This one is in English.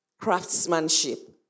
craftsmanship